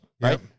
right